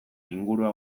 ingurua